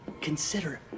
consider